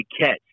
catch